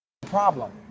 problem